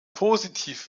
positiv